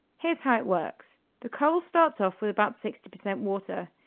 here's how it works. the coal starts off with about sixty percent water,